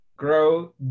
Grow